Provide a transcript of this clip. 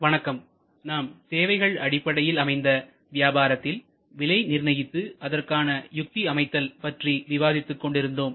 வணக்கம் நாம் சேவைகள் அடிப்படையில் அமைந்த வியாபாரத்தில் விலை நிர்ணயித்து அதற்கான யுக்தி அமைத்தல் பற்றி விவாதித்துக் கொண்டிருந்தோம்